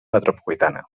metropolitana